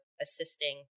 assisting